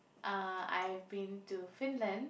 uh I've been to Finland